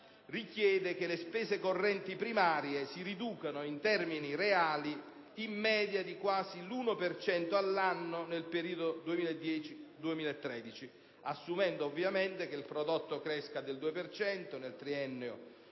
richiede che le spese correnti primarie si riducano in termini reali in media di quasi l'1 per cento all'anno nel periodo 2010‑2013, assumendo ovviamente che il prodotto cresca del 2 per cento